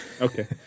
Okay